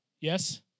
Yes